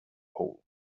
hole